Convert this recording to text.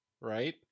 Right